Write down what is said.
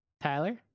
Tyler